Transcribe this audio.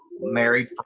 married